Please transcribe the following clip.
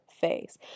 face